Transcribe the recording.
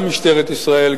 גם משטרת ישראל,